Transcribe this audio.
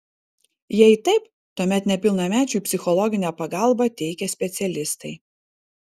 jei taip tuomet nepilnamečiui psichologinę pagalbą teikia specialistai